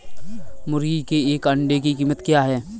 मुर्गी के एक अंडे की कीमत क्या है?